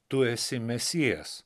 tu esi mesijas